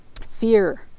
Fear